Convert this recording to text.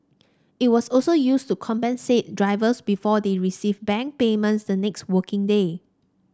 it was also used to compensate drivers before they received bank payments the next working day